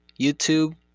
YouTube